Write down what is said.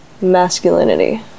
masculinity